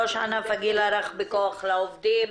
ראש ענף הגיל הרך וכוח לעובדים.